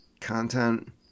content